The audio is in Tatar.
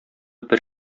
бер